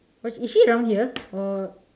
was is is she around here or